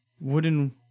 wooden